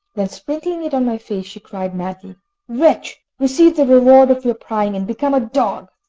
then, sprinkling it on my face, she cried madly wretch, receive the reward of your prying, and become a dog.